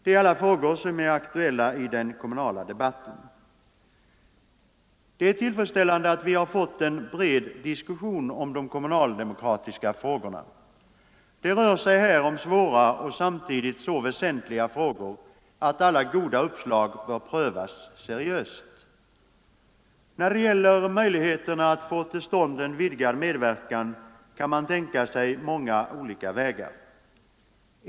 De är alla aktuella i den kommunala debatten. Det är tillfredsställande att vi har fått en bred diskussion om de kommunaldemokratiska frågorna. Det rör sig här om svåra och samtidigt så väsentliga frågor att alla goda uppslag bör prövas seriöst. När det gäller möjligheterna att få till stånd en vidgad medverkan kan man tänka sig många olika vägar.